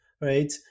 right